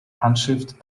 handschrift